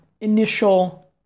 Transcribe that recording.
initial